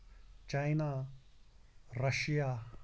China Russia